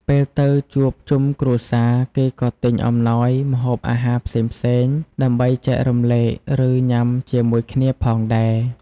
ពេលទៅជួបជុំគ្រួសារ គេក៏ទិញអំណោយ ម្ហូបអាហារផ្សេងៗដើម្បីចែករំលែក ឬ ញុាំជាមួយគ្នាផងដែរ។